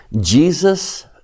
Jesus